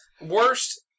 worst